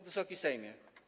Wysoki Sejmie!